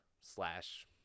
slash